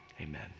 Amen